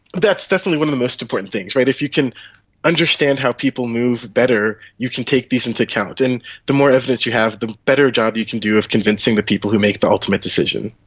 that's definitely most important things. if you can understand how people move better you can take this into account, and the more evidence you have the better job you can do of convincing the people who make the ultimate decision.